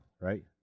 right